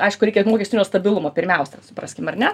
aišku reikia mokestinio stabilumo pirmiausia supraskim ar ne